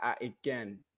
again